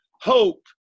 hope